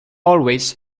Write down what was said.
always